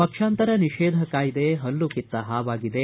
ಪಕ್ಷಾಂತರ ನಿಷೇಧ ಕಾಯ್ದೆ ಪಲ್ಲು ಕಿತ್ತ ಹಾವಾಗಿದೆ